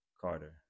Carter